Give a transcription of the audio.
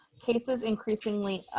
cases increasingly,